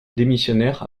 démissionnaire